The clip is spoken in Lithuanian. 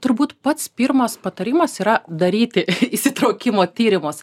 turbūt pats pirmas patarimas yra daryti įsitraukimo tyrimus